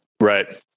right